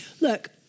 Look